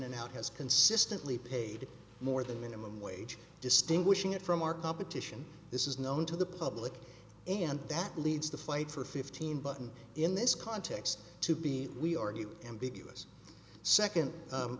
and out has consistently paid more than minimum wage distinguishing it from our competition this is known to the public and that leads the fight for fifteen button in this context to be we argue ambiguous second